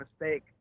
mistake